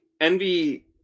Envy